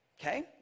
Okay